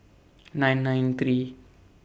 nine nine three